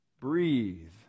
breathe